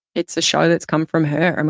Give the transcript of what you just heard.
it's a show that's come from her. um